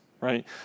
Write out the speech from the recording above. right